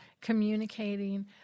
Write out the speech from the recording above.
communicating